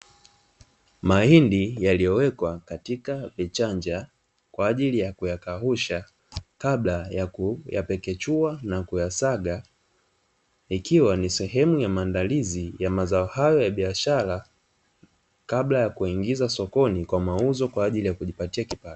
Mahindi yaliyo wekwa katika vichanja kwaajili ya kuyakausha kabla ya kuyapekechua na kuyasaga. Ikiwa ni sehemu ya maandalizi ya mazao hayo ya biashara kabla ya kuingiza sokoni kwa mauzo kwaajili ya kujipatia kipato.